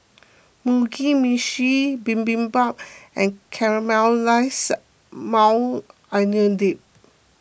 Mugi Meshi Bibimbap and Caramelized Maui Onion Dip